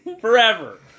Forever